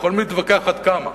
יכולים להתווכח עד כמה.